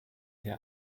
der